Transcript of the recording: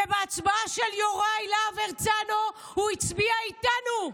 ובהצבעה של יוראי להב הרצנו הוא הצביע איתנו.